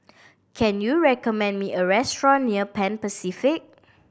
can you recommend me a restaurant near Pan Pacific